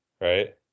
right